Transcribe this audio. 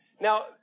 Now